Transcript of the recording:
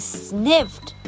sniffed